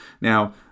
Now